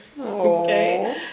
Okay